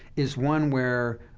is one where